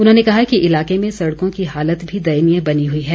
उन्होंने कहा कि इलाके में सड़कों की हालत भी दयनीय बनी हुई है